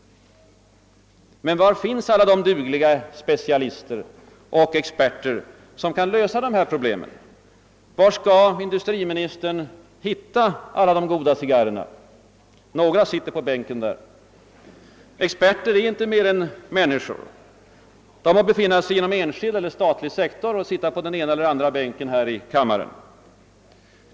Men var finns alla de dugliga specialister och experter som skall lösa dessa problem? Var skall industriministern hitta »de goda cigarrerna«»? Några sitter på statssekreterarbänken. Men experter är inte mer än människor, de må befinna sig inom enskild eller statlig sektor och sitta på den ena eller andra bänken här i riksdagen.